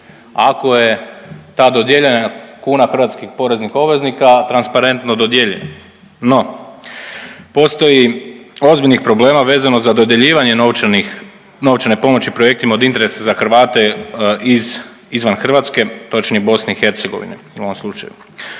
ako je ta dodijeljena kuna hrvatskih poreznih obveznika transparentno dodijeljena. No, postoji ozbiljnih problema vezanih za dodjeljivanje novčane pomoći projektima od interesa za Hrvate izvan Hrvatske točnije BiH u ovom slučaju.